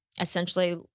essentially